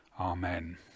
Amen